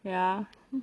ya